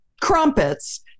crumpets